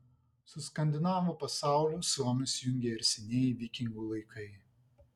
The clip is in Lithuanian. su skandinavų pasauliu suomius jungia ir senieji vikingų laikai